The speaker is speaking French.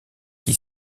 qui